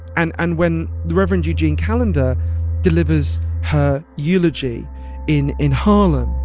and and when the reverend eugene callender delivers her eulogy in in harlem,